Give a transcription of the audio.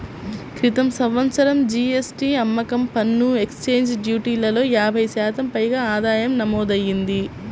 క్రితం సంవత్సరం జీ.ఎస్.టీ, అమ్మకం పన్ను, ఎక్సైజ్ డ్యూటీలలో యాభై శాతం పైగా ఆదాయం నమోదయ్యింది